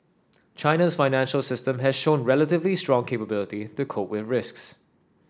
China's financial system has shown relatively strong capability to cope with risks